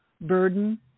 burden